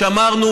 שמרנו,